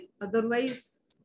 Otherwise